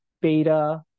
beta